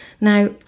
Now